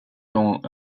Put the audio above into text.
dont